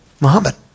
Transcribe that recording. Muhammad